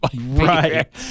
Right